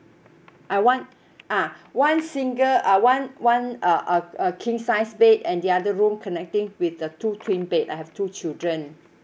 I want ah one single uh one one uh uh a king sized bed and the other room connecting with the two twin bed I have two children